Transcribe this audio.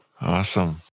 Awesome